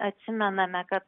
atsimename kad